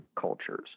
cultures